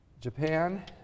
Japan